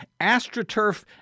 AstroTurf